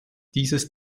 dieses